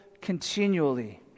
continually